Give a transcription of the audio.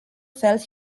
felt